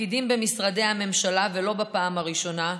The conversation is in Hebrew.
הפקידים במשרדי הממשלה, ולא בפעם הראשונה,